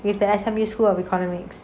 with the S_M_U school of economics